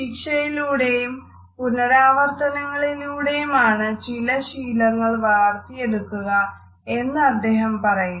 ശിക്ഷയിലൂടെയും പുനരാവർത്തനങ്ങളിലൂടെയുമാണ് ചില ശീലങ്ങൾ വളർത്തിയെടുക്കുക എന്ന് അദ്ദേഹം പറയുന്നു